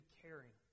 caring